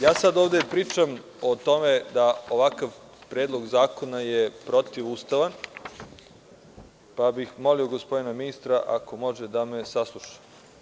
Ja sada ovde pričam o tome da je ovakav predlog zakona protivustavan, pa bih molio gospodina ministra ako može da me sasluša.